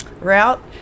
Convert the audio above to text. route